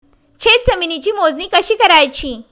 शेत जमिनीची मोजणी कशी करायची?